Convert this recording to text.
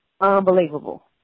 unbelievable